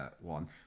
one